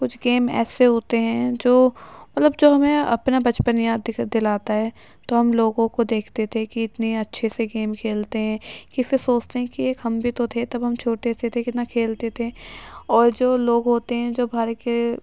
کچھ گیم ایسے ہوتے ہیں جو مطلب جو ہمیں اپنا بچپن یاد دلاتا ہے تو ہم لوگوں کو دیکھتے تھے کہ اتنے اچّھے سے گیم کھیلتے ہیں کہ پھر سوچتے ہیں کہ ایک ہم بھی تو تھے تب ہم چھوٹے سے تھے کتنا کھیلتے تھے اور جو لوگ ہوتے ہیں جو بھر کے